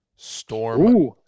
Storm